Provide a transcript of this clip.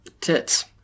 tits